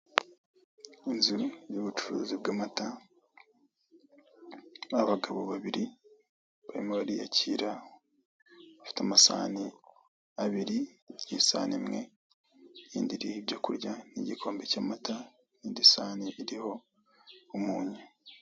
Inzu ni iy'ubucuruzi bw'amata, abagabo babiri barimo bariyakira, bafite amasahane abiri, isahani imwe indi iriho ibyo kurya n'igikombe cy'amata indi sahani iriho umunyu.